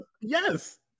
Yes